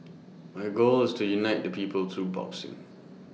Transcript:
my goal is to unite the people through boxing